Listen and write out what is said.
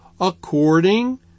according